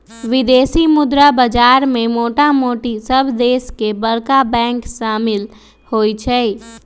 विदेशी मुद्रा बाजार में मोटामोटी सभ देश के बरका बैंक सम्मिल होइ छइ